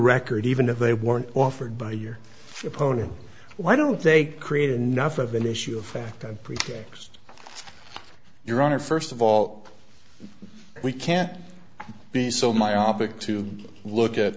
record even if they weren't offered by your opponent why don't they create enough of an issue of fact and pretext your honor st of all we can't be so myopic to look at